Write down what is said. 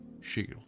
shield